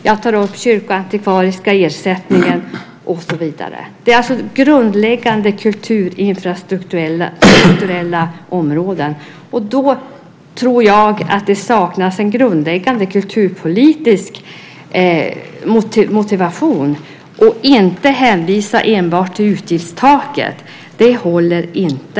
Jag tar upp frågan om kyrkoantikvariska ersättningen och så vidare. Det är grundläggande kulturinfrastrukturella områden. Jag tror att det saknas en grundläggande kulturpolitisk motivation. Man ska inte hänvisa enbart till utgiftstaket. Det håller inte.